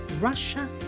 Russia